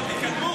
חברים,